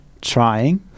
trying